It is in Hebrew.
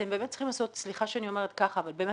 אתם באמת צריכים לעשות סליחה שאני אומרת כך סוויצ'